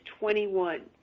21